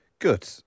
Good